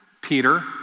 Peter